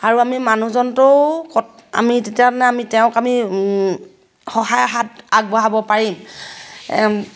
আৰু আমি মানুহজনটো ক আমি তেতিয়া মানে আমি তেওঁক আমি সহায় হাত আগবঢ়াব পাৰিম